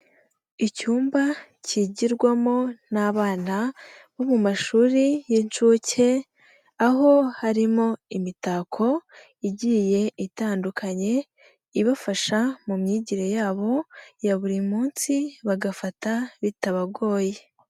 Icyumba kigirwamo n'abana bo mu mashuri y'inshuke aho harimo imitako igiye itandukanye ibafasha mu myigire yabo ya buri munsi bagafata bitabagoye.